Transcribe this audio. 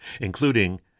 including